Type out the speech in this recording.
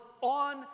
on